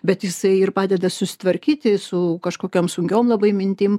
bet jisai ir padeda susitvarkyti su kažkokiom sunkiom labai mintim